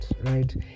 right